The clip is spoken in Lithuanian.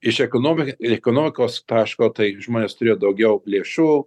iš ekonomik ekonomikos taško tai žmonės turėjo daugiau lėšų